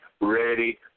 ready